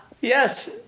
Yes